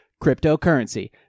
cryptocurrency